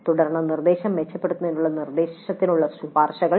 തുടർന്ന് നിർദ്ദേശം മെച്ചപ്പെടുത്തുന്നതിനുള്ള നിർദ്ദേശത്തിനുള്ള ശുപാർശകൾ